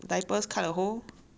why you all never sterilise